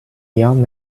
young